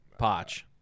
Poch